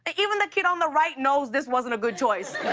ah even the kid on the right knows this wasn't a good choice.